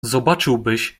zobaczyłbyś